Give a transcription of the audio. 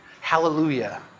hallelujah